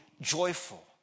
joyful